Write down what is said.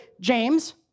James